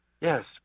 Yes